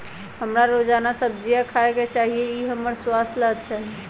हमरा रोजाना सब्जिया खाय के चाहिए ई हमर स्वास्थ्य ला अच्छा हई